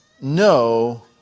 no